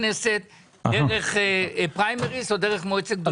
לכנסת דרך פריימריז או דרך מועצת גדולי התורה.